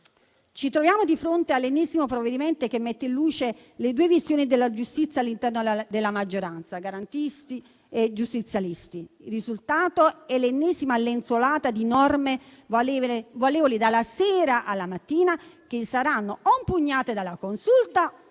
Ci troviamo di fronte all'ennesimo provvedimento che mette in luce le due visioni della giustizia all'interno della maggioranza: garantisti e giustizialisti. Il risultato è l'ennesima lenzuolata di norme valevoli dalla sera alla mattina, che saranno impugnate dalla Consulta